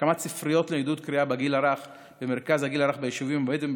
הקמת ספריות לעידוד קריאה בגיל הרך במרכזי הגיל הרך ביישובים הבדואיים,